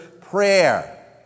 prayer